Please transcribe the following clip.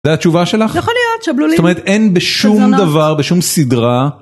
זה התשובה שלך? יכול להיות. שבלולים. חלזונות. זאת אומרת, אין בשום דבר, בשום סדרה